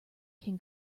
can